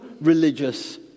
religious